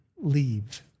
leave